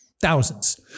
Thousands